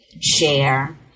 share